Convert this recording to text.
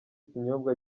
ikinyobwa